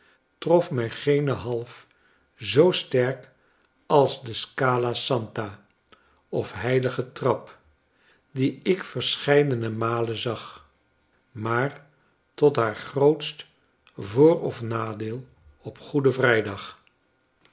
trof mij geene half zoo sterk als de seal a santa of heilige trap die ik verscheidene malen zag maar tot haar grootst voor of nadeel op goeden vrijdag